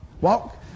Walk